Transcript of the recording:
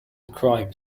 crime